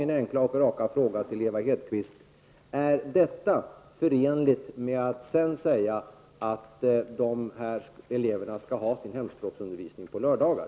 Min enkla och raka fråga till Eva Hedkvist Petersen var: Är detta förenligt med att sedan säga att dessa elever skall få sin hemspråksundervisning på lördagar.